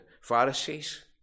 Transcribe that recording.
Pharisees